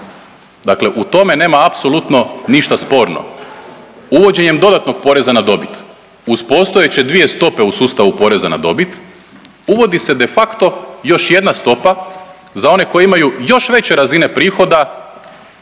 Dakle u tome nema apsolutno ništa sporno. Uvođenjem dodatnog poreza na dobit uz postojeće dvije stope u sustavu poreza na dobit, uvodi se de facto još jedna stopa za one koji imaju još veće razine prihoda